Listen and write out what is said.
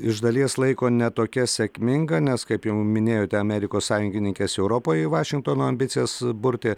iš dalies laiko ne tokia sėkminga nes kaip jau minėjote amerikos sąjungininkės europoje į vašingtono ambicijas burti